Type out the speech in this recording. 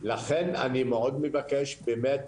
לכן אני מאוד מבקש באמת,